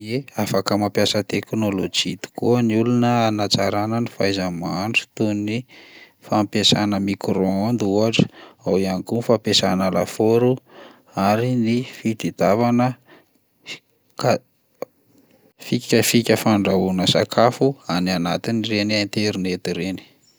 Ie afaka mampiasa teknôlôjia tokoa ny olona hanatsarana ny fahaiza-mahandro toy ny fampiasana micro-ondes ohatra, ao ihany koa ny fampiasana lafaoro ary ny fitadiavana ka- fikafika fandrahoana sakafo any anatin'ireny aterineto ireny.